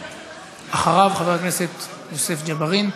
אחריו, חבר הכנסת יוסף ג'בארין.